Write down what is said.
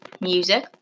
music